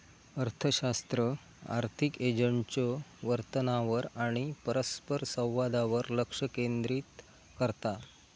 अर्थशास्त्र आर्थिक एजंट्सच्यो वर्तनावर आणि परस्परसंवादावर लक्ष केंद्रित करता